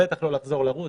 בטח לא לחזור לרוץ,